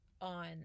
on